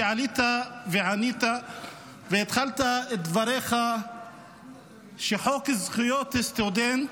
כי עלית וענית והתחלת את דבריך בכך שחוק זכויות הסטודנט,